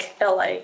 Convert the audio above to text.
LA